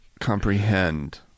comprehend